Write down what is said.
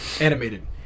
animated